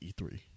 e3